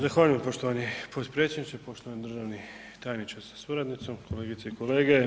Zahvaljujem poštovani potpredsjedniče, poštovani državni tajniče sa suradnicom, kolegice i kolege.